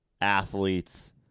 athletes